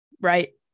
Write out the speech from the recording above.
Right